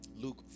Luke